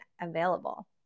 available